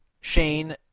Shane